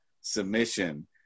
submission